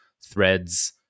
threads